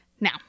Now